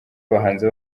abahanzi